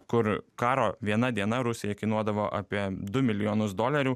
kur karo viena diena rusijai kainuodavo apie du milijonus dolerių